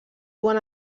duen